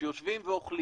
כשיושבים ואוכלים